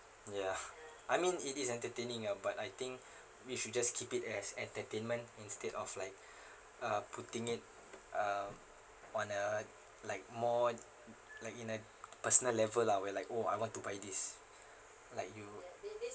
ya I mean it is entertaining ah but I think we should just keep it as entertainment instead of like uh putting it uh on a like more like in a personal level lah we're like oh I want to buy this like you